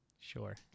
Sure